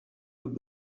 would